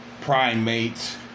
primates